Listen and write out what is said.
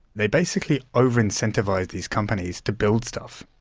they basically over-incentivised these companies to build stuff.